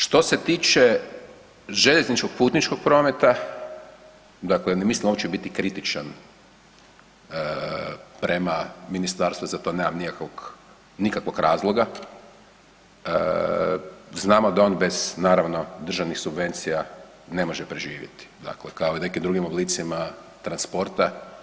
Što se tiče željezničkog putničkog prometa, dakle ne mislim uopće biti kritičan prema ministarstvu, za to nemam nikakvog razloga, znamo da ono bez naravno državnih subvencija ne može preživjeti, dakle kao i nekim drugim oblicima transporta.